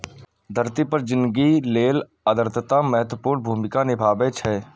धरती पर जिनगी लेल आर्द्रता महत्वपूर्ण भूमिका निभाबै छै